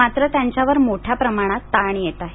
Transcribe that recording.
मात्र त्यांच्यावर मोठ्या प्रमाणात ताण येत आहे